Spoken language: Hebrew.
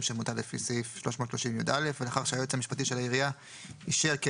שמונתה לפי סעיף 330יא ולאחר שהיועץ המשפטי של העירייה אישר כי